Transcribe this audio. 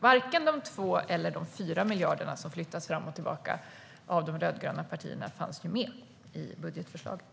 Varken de 2 eller de 4 miljarderna som flyttas fram och tillbaka av de rödgröna partierna fanns med i budgetförslaget.